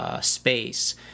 space